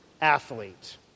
athlete